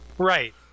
Right